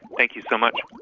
thank you so much.